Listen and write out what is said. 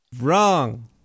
Wrong